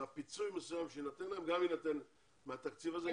אלא פיצוי מסוים שיינתן להם גם יינתן מהתקציב הזה.